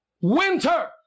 winter